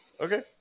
Okay